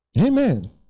Amen